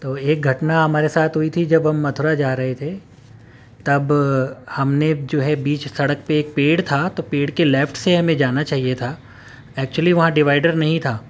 تو ایک گھٹنا ہمارے ساتھ ہوئی تھی جب ہم متھرا جا رہے تھے تب ہم نے جو ہے بیچ سڑک پہ ایک پیڑ تھا تو پیڑ کے لیفٹ سے ہمیں جانا چاہیے تھا ایکچولی وہاں ڈیوائیڈر نہیں تھا